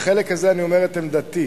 בחלק הזה אני אומר את עמדתי,